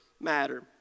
matter